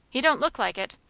he don't look like it.